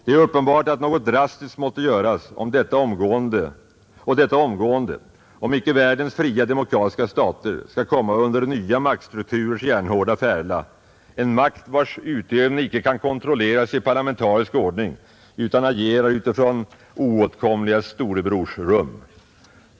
Det är uppenbart att något drastiskt måste göras, och detta omgående, om icke världens fria demokratiska stater skall komma under nya maktstrukturers järnhårda färla, en makt, vars utövning icke kan kontrolleras i parlamentarisk ordning utan agerar utifrån oåtkomliga storebrorsrum.